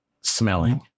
smelling